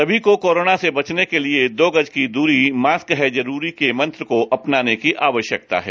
सभी को कोरोना से बचने के लिए दो गज की दूरी मास्क है जरूरी के मंत्र को अपनाने की आवश्कता है